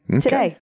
today